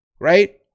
right